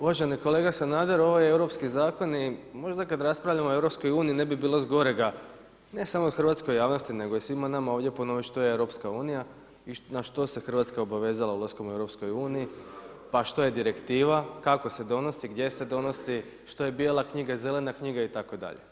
Uvaženi kolega Sanader, ovi europski zakoni možda kad raspravljamo o EU ne bi bilo zgorega ne samo hrvatskoj javnosti nego i svima ovdje ponoviti što je EU i na što se Hrvatska obavezala ulaskom u EU, pa što je direktiva, kako se donosi, gdje se donosi, što je bijela knjiga, zelena knjiga itd.